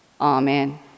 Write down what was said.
Amen